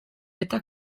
eta